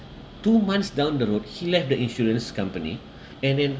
two months down the road he left the insurance company and then